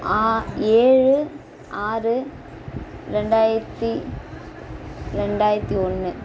ஆ ஏழு ஆறு ரெண்டாயிரத்து ரெண்டாயிரத்து ஒன்று